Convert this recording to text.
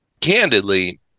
candidly